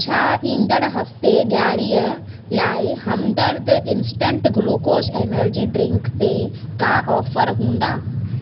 छा ईंदड़ु हफ़्ते डि॒आरीअ लाइ Hamdard instant glucose energy drink ते का ऑफर हूंदा